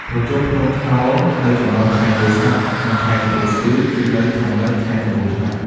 ប្រជុំភ្នំខោលនៅចន្លោះខេត្តពោធិសាត់ និងខេត្តកំពង់ស្ពឺ គឺនៅ ខាងលិចខេត្តកំពង់ឆ្នាំង ។